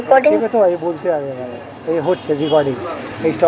application হচ্ছে সেই পদ্ধতি যেটা মানুষকে কোনো কাজ সম্পদনায় সাহায্য করে